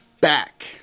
back